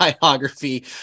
biography